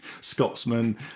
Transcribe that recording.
Scotsman